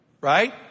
right